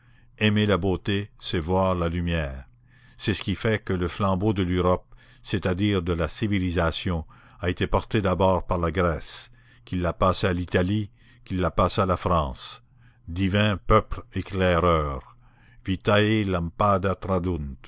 aimer la beauté c'est voir la lumière c'est ce qui fait que le flambeau de l'europe c'est-à-dire de la civilisation a été porté d'abord par la grèce qui l'a passé à l'italie qui l'a passé à la france divins peuples éclaireurs